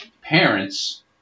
parents